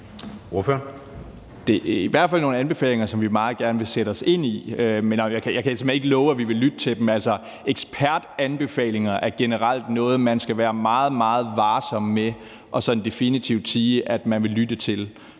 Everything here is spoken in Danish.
Det er i hvert fald nogle anbefalinger, som vi meget gerne vil sætte os ind i, men jeg kan simpelt hen ikke love, at vi vil lytte til dem. Altså, ekspertanbefalinger er generelt noget, man skal være meget, meget varsom med sådan definitivt at sige at man vil lytte til,